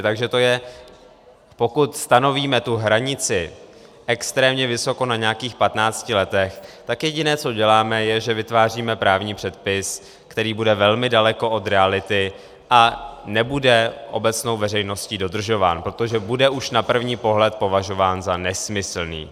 Takže pokud stanovíme tu hranici extrémně vysoko na nějakých 15 letech, tak jediné co děláme, je, že vytváříme právní předpis, který bude velmi daleko od reality a nebude obecnou veřejností dodržován, protože bude už na první pohled považován za nesmyslný.